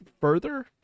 further